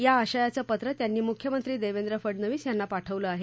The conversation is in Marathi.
या आशयाचं पत्र त्यांनी मुख्यमंत्री देवेंद्र फडणवीस यांना पाठवलं आहे